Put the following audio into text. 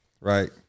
right